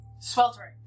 Sweltering